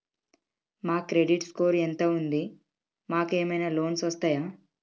మా credit score ఎంత ఉంది? మాకు ఏమైనా లోన్స్ వస్తయా?